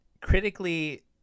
critically